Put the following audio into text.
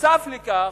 ונוסף על כך,